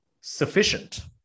sufficient